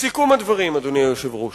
בסיכום הדברים, אדוני היושב-ראש,